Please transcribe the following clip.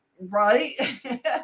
Right